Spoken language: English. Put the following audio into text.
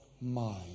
mind